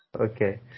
Okay